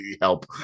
help